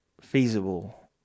feasible